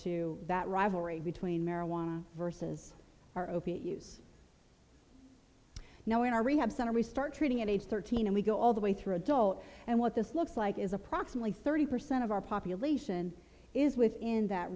to that rivalry between marijuana versus our opiate use now in our rehab center we start treating at age thirteen and we go all the way through adult and what this looks like is approximately thirty percent of our population is within that